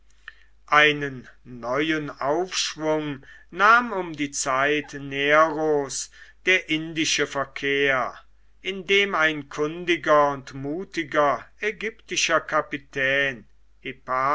einen neuen aufschwung nahm um die zeit neros der indische verkehr indem ein kundiger und mutiger ägyptischer kapitän